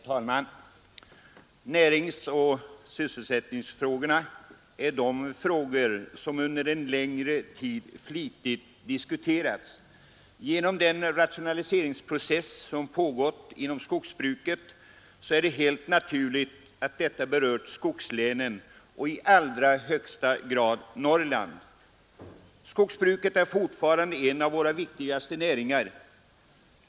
Herr talman! Näringsoch sysselsättningsfrågorna har under en längre tid flitigt diskuterats. Genom den rationaliseringsprocess, som pågått inom skogsbruket, är det helt naturligt att detta berört skogslänen och i allra högsta grad Norrland. Skogsbruket är fortfarande en av våra viktigaste näringar.